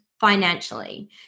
financially